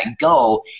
go